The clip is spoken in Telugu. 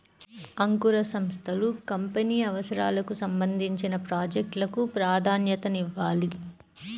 అంకుర సంస్థలు కంపెనీ అవసరాలకు సంబంధించిన ప్రాజెక్ట్ లకు ప్రాధాన్యతనివ్వాలి